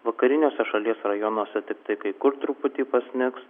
vakariniuose šalies rajonuose tiktai kai kur truputį pasnigs